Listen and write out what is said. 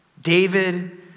David